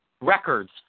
records